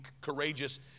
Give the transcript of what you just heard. courageous